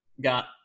got